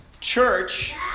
Church